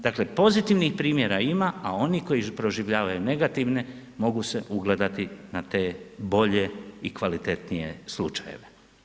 Dakle, pozitivnih primjera ima a oni koji proživljavaju negativne, mogu se ugledati na te bolje i kvalitetnije slučajeve.